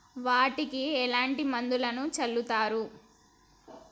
వాటికి ఎట్లాంటి మందులను చల్లుతరు?